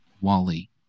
Wally